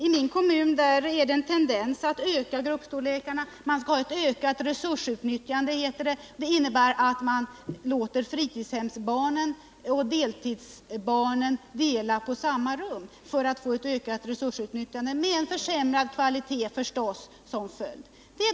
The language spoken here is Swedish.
I min kommun är det en tendens att öka gruppstorlekarna. Man skall ha ett ökat resursutnyttjande, heter det. Det innebär att man låter fritidshemsbarnen och deltidsbarnen dela på samma rum, och följden blir naturligtvis att man får en försämrad kvalitet.